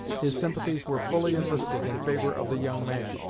his sympathies were fully enlisted in favor of the young man,